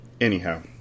Anyhow